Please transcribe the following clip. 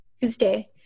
Tuesday